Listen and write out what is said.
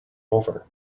over